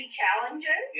challenges